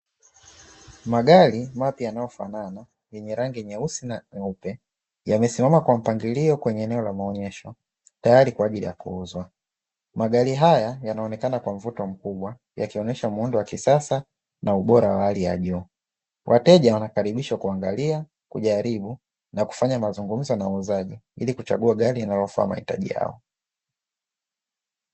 Magari mapya yanayofanana yenye rangi nyeusi na nyeupe yamesimama kwa mpangilio kwenye eneo la maonyesho, tayari kwa ajili ya kuuzwa. Magari haya yanaonekana kwa mvuto mkubwa, yakionyesha muundo wa kisasa na ubora wa hali ya juu. Wateja wanakaribishwa kuangalia, kujaribu na kufanya mazungumzo na muuzaji ili kuchagua gari linalofaa mahitaji yao.